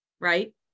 right